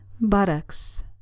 Buttocks